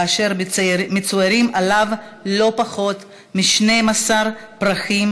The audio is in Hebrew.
כאשר מצוירים עליו לא פחות מ-12 פרחים,